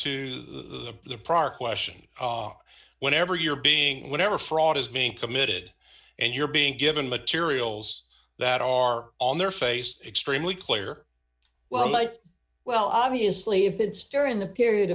to the prior question whenever you're being whatever fraud is being committed and you're being given materials that are on their face extremely clear well like well obviously if it's during the period